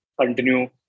continue